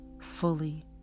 fully